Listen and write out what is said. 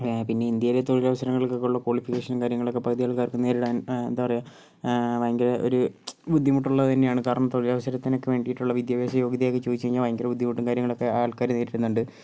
പിന്നെ ഇന്ത്യയില് തൊഴിലവസരങ്ങൾക്കുള്ള ക്വാളിഫിക്കേഷൻ കാര്യങ്ങളൊക്കെ പകുതി ആൾക്കാർക്കും നേരിടാൻ എന്താ പറയുക ഭയങ്കര ഒരു ബുദ്ധിമുട്ടുള്ളത് തന്നെയാണ് കാരണം തൊഴിലവസരത്തിനൊക്കെ വേണ്ടിയിട്ടുള്ള വിദ്യാഭ്യാസയോഗ്യതയൊക്കെ ചോദിച്ചു കഴിഞ്ഞാൽ ഭയങ്കര ബുദ്ധിമുട്ടും കാര്യങ്ങളൊക്കെ ആൾക്കാര് നേരിടുന്നുണ്ട്